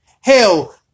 Hell